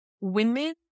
women